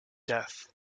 death